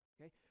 Okay